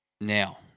Now